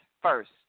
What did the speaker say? first